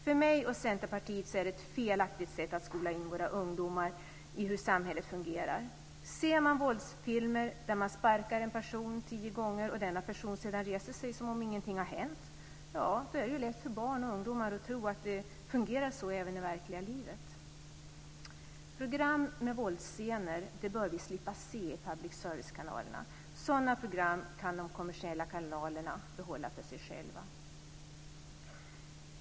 För mig och Centerpartiet är det ett felaktigt sätt att skola in våra ungdomar i hur samhället fungerar. Ser man våldsfilmer där en person sparkas tio gånger och denna person sedan reser sig som om ingeting har hänt är det lätt för barn och ungdomar att tro att det fungerar så även i verkliga livet. Program med våldsscener bör vi slippa se i public service-kanalerna. Sådana program kan de kommersiella behålla för sig själva.